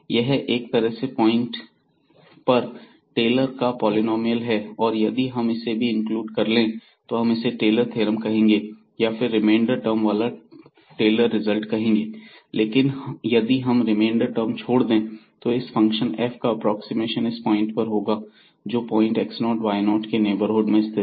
यह एक तरह से पॉइंट पर टेलर का पॉलिनॉमियल है और यदि हम इससे भी इंक्लूड कर लें तो हम इसे टेलर थ्योरम कहेंगे या फिर रिमेंडर टर्म वाला टेलर रिजल्ट कहेंगे लेकिन यदि हम रिमेंडर टर्म छोड़ दें तो यह इस फंक्शन f का एप्रोक्सीमेशन इस पॉइंट पर होगा जो पॉइंट x 0 y 0 के नेबरहुड में स्थित है